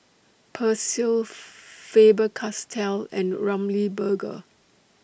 Persil Faber Castell and Ramly Burger